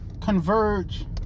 Converge